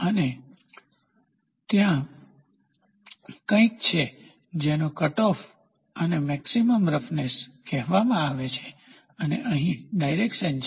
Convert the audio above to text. અને ત્યાં કંઈક છે જેને કટઓફ અને મેક્સીમમ રફનેસવીથ કહેવામાં આવે છે અને અહીં ડાયરેકશન છે